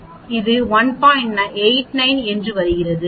89 க்கு வருகிறது